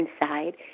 inside